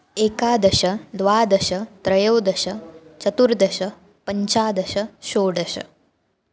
एकादश द्वादश त्रयोदश चतुर्दश पञ्चदश षोडश